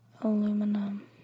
Aluminum